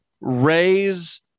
raise